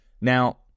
Now